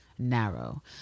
narrow